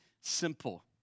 simple